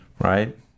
right